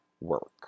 work